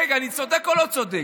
רגע, אני צודק או לא צודק?